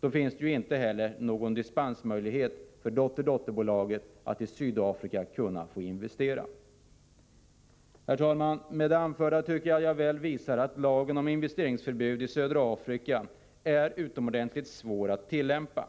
Då finns det ju inte ens någon möjlighet för dotter-dotterbolaget till dispens att investera i Sydafrika. Med det anförda tycker jag att jag väl visat att lagen om investeringsförbud i södra Afrika är utomordentligt svår att tillämpa.